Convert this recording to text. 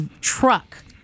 truck